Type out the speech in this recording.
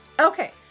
okay